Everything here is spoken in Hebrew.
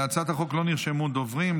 להצעת החוק לא נרשמו דוברים.